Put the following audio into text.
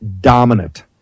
dominant